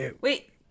wait